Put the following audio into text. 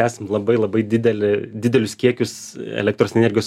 esam labai labai didelė didelius kiekius elektros energijos